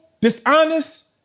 dishonest